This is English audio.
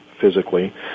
physically